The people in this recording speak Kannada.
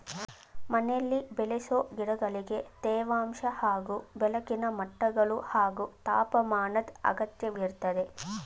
ಮನೆಲಿ ಬೆಳೆಸೊ ಗಿಡಗಳಿಗೆ ತೇವಾಂಶ ಹಾಗೂ ಬೆಳಕಿನ ಮಟ್ಟಗಳು ಹಾಗೂ ತಾಪಮಾನದ್ ಅಗತ್ಯವಿರ್ತದೆ